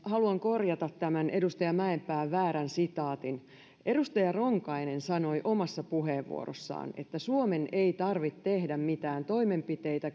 haluan korjata tämän edustaja mäenpään väärän sitaatin edustaja ronkainen sanoi omassa puheenvuorossaan että suomen ei tarvitse tehdä mitään toimenpiteitä